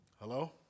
Hello